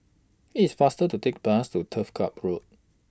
IT IS faster to Take Bus to Turf Ciub Road